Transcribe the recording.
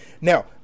Now